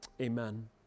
amen